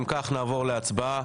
אם כך, נעבור להצבעה.